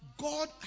God